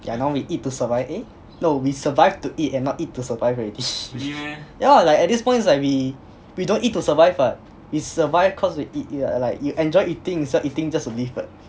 yeah now we eat to survive eh no we survive to eat and not to eat to survive already yeah what like at this point is like we we don't eat to survive but we survive cause we eat yeah like you enjoy eating so eating just to live what